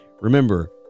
Remember